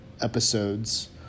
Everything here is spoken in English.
episodes